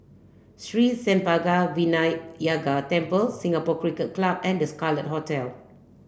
Sri Senpaga Vinayagar Temple Singapore Cricket Club and The Scarlet Hotel